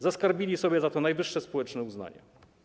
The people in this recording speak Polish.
Zaskarbili sobie za to najwyższe społeczne uznanie.